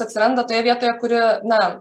atsiranda toje vietoje kuri na